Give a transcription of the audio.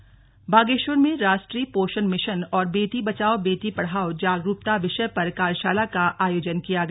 पोषण मिशन बागेश्वर में राष्ट्रीय पोषण मिशन और बेटी बचाओ बेटी पढ़ाओ जागरूकता विषय पर कार्यशाला का आयोजन किया गया